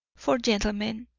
for, gentlemen,